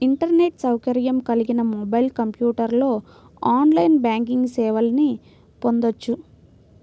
internet సౌకర్యం కలిగిన mobile, కంప్యూటర్లో ఆన్లైన్ బ్యాంకింగ్ సేవల్ని పొందొచ్చు